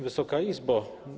Wysoka Izbo!